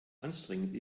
anstrengend